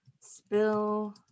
spill